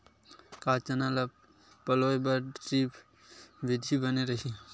का चना ल पलोय बर ड्रिप विधी बने रही?